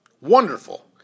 Wonderful